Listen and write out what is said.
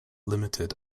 limited